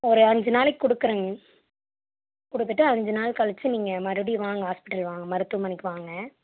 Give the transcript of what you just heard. ஒரு ஐஞ்சு நாளைக்கு கொடுக்குறேங்க கொடுத்துட்டு ஐஞ்சு நாள் கழிச்சு நீங்கள் மறுபடியும் வாங்க ஹாஸ்பிட்டல் வாங்க மருத்துவமனைக்கு வாங்க